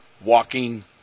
walking